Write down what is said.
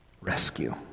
rescue